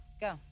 go